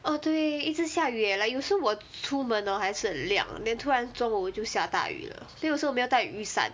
orh 对一直下雨 eh like 有时候我出门 hor 还是很亮 then 突然中午就下大雨了 then 有时候我没有带雨伞